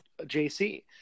JC